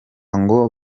ngo